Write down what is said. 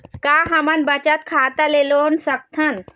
का हमन बचत खाता ले लोन सकथन?